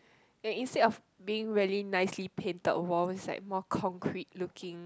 and instead of being really nicely painted walls like more concrete looking